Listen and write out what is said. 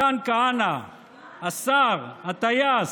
מתן כהנא, השר, הטייס: